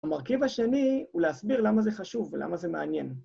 המרכיב השני, הוא להסביר למה זה חשוב ולמה זה מעניין.